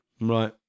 Right